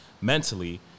mentally